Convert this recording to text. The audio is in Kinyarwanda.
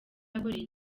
akoreye